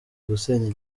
gusenya